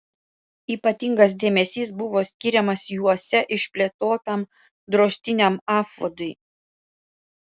ypatingas dėmesys buvo skiriamas juose išplėtotam drožtiniam apvadui